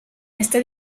este